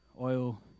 oil